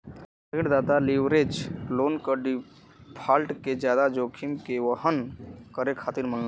ऋणदाता leverage loan क default के जादा जोखिम के वहन करे खातिर मानला